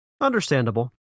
Understandable